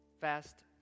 Fast